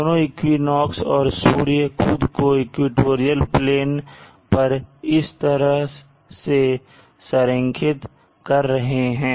दोनों इक्विनोक्स और सूर्य खुद को इक्वेटोरियल प्लेन पर इस तरह से संरेखित कर रहे हैं